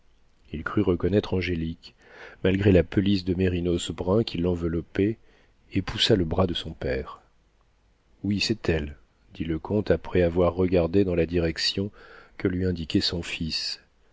il crut reconnaître angélique malgré la pelisse de mérinos brun qui l'enveloppait et poussa le bras de son père oui c'est elle dit le comte après avoir regardé dans la direction que lui indiquait son fils